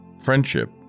Friendship